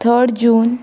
third June